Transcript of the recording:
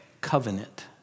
covenant